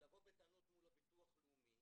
לבוא בטענות מול ביטוח לאומי